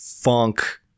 funk